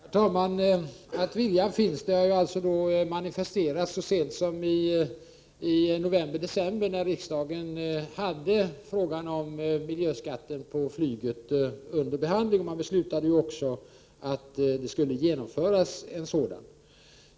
Herr talman! Att viljan finns manifesterades så sent som i novemberdecember förra året, när riksdagen hade frågan om miljöskatten på flyget under behandling. Det beslöts också att en sådan skulle införas.